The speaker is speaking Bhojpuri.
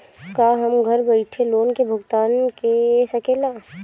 का हम घर बईठे लोन के भुगतान के शकेला?